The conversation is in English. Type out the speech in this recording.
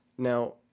Now